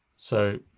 so,